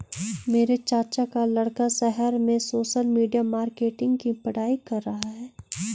मेरे चाचा का लड़का शहर में सोशल मीडिया मार्केटिंग की पढ़ाई कर रहा है